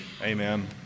Amen